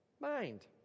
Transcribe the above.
Mind